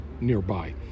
nearby